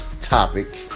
topic